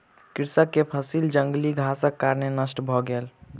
कृषक के फसिल जंगली घासक कारणेँ नष्ट भ गेल